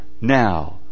now